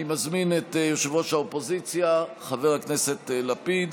אני מזמין את יושב-ראש האופוזיציה חבר הכנסת לפיד,